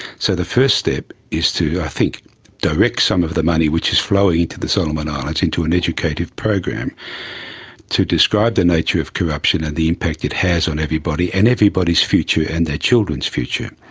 so the first step is to i think direct some of the money which is flowing into the solomon islands into an educative program to describe the nature of corruption and the impact it has on everybody and everybody's future and their children's future.